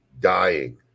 Dying